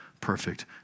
perfect